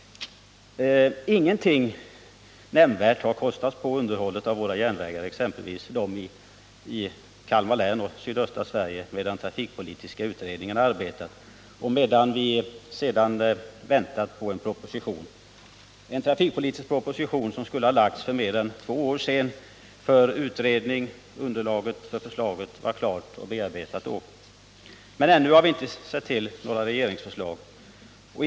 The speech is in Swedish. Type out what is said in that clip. Ingenting nämnvärt har kostats på underhållet av järnvägarna i exempelvis Kalmar län och sydöstra Sverige i övrigt under trafikpolitiska utredningens arbete och under den tid som vi efter dess slutförande väntat på en trafikpolitisk proposition. Denna skulle egentligen ha kunnat läggas fram för mer än två år sedan, eftersom underlaget då var klart och bearbetat. Men ännu har vi inte sett till några regeringsförslag på området.